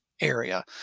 area